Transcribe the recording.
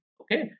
okay